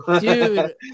Dude